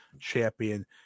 Champion